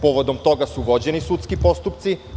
Povodom toga su vođeni sudski postupci.